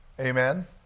Amen